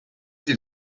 dir